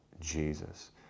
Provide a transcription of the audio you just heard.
Jesus